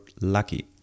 lucky